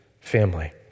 family